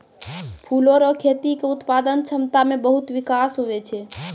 फूलो रो खेती के उत्पादन क्षमता मे बहुत बिकास हुवै छै